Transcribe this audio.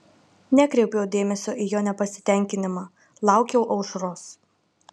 nekreipiau dėmesio į jo nepasitenkinimą laukiau aušros